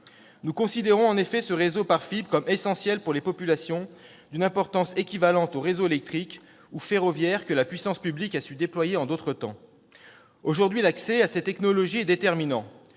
Nous considérons en effet ce réseau par fibre comme essentiel pour les populations, d'une importance équivalente au réseau électrique ou ferroviaire que la puissance publique a su déployer en d'autres temps. Aujourd'hui, l'accès à ces technologies est déterminant